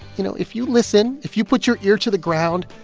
you know, if you listen, if you put your ear to the ground,